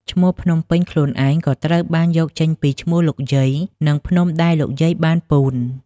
ឈ្មោះ "ភ្នំពេញ" ខ្លួនឯងក៏ត្រូវបានយកចេញពីឈ្មោះលោកយាយ និងភ្នំដែលលោកយាយបានពូន។